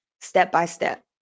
step-by-step